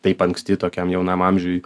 taip anksti tokiam jaunam amžiuj